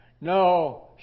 No